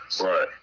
Right